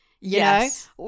Yes